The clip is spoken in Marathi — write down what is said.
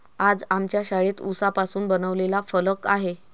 आज आमच्या शाळेत उसापासून बनवलेला फलक आहे